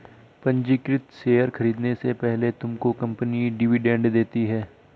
पंजीकृत शेयर खरीदने से पहले तुमको कंपनी डिविडेंड देती है